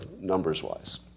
numbers-wise